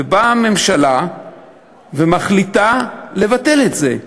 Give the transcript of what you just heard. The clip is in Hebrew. ובאה הממשלה ומחליטה לבטל את זה.